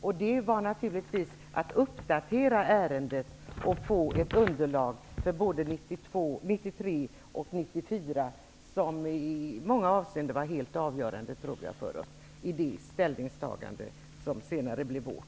Det innebar naturligtvis att uppdatera ärendet och få ett underlag för både 1993 och 1994. Jag tror att det i många avseenden var helt avgörande för oss i det ställningstagande som senare blev vårt.